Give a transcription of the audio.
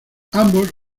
ambos